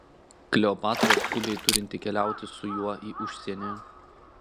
kleopatra skubiai turinti keliauti su juo į užsienį